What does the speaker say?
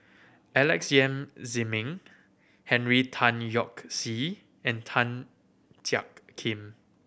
Alex Yam Ziming Henry Tan Yoke See and Tan Jiak Kim